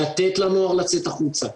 לתת לנוער לתת החוצה,